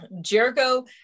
jericho